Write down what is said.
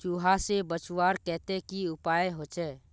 चूहा से बचवार केते की उपाय होचे?